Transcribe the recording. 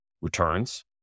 returns